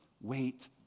Wait